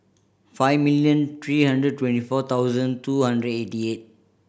five million three hundred twenty four thousand two hundred eighty eight